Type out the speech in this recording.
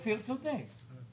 אופיר צודק.